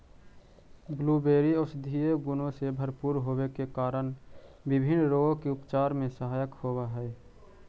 blueberry औषधीय गुणों से भरपूर होवे के कारण विभिन्न रोगों के उपचार में सहायक होव हई